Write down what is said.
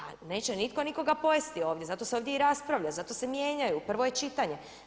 Pa neće nitko nikoga pojesti ovdje, zato se ovdje i raspravlja, zato se mijenjaju, prvo je čitanje.